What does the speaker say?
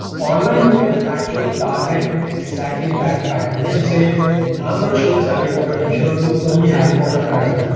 online. you can actually target exactly that fan. you can say i'm so this harry potter t-shirt to only harry potter fans.